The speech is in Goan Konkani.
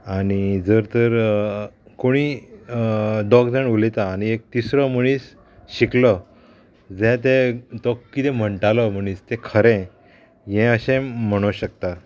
आनी जर तर कोणीय दोग जाण उलयता आनी एक तिसरो मणीस शिकलो जाल्यार ते तो किदें म्हणटालो मनीस तें खरें हें अशें म्होणो शकता